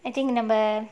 I think நம்ம:namma